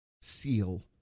seal